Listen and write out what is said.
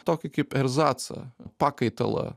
tokį kaip erzacą pakaitalą